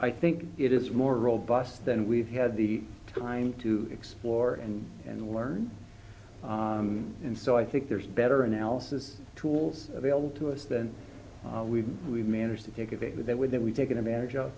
i think it is more robust than we've had the time to explore and and learn and so i think there's better analysis tools available to us than we've we've managed to take a date with that would that we've taken advantage of